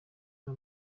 nta